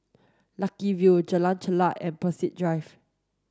Lucky View Jalan Chulek and Peirce Drive